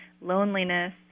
loneliness